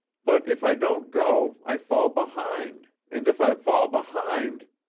but if i don't go, i fall behind, and if i fall behind.